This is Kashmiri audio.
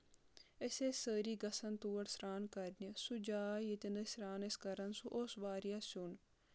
أسۍ ٲسۍ سٲری گژھان تور سران کَرنہِ سُہ جاے ییٚتؠن أسۍ سران ٲسۍ کران سُہ اوس واریاہ سروٚن